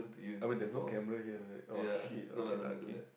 I mean there's no camera here right oh shit okay lah okay